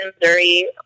Missouri